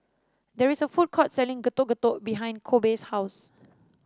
there is a food court selling Getuk Getuk behind Kobe's house